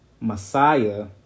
Messiah